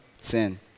sin